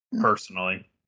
personally